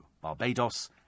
BARBADOS